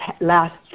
last